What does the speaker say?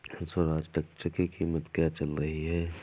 Swaraj tractor की कीमत क्या चल रही है?